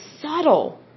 subtle